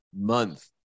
month